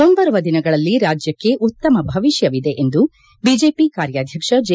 ಮುಂಬರುವ ದಿನಗಳಲ್ಲಿ ರಾಜ್ಯಕ್ಕೆ ಉತ್ತಮ ಭವಿಷ್ಯವಿದೆ ಎಂದು ಬಿಜೆಪಿ ಕಾರ್ಯಾಧ್ಯಕ್ಷ ಜೆ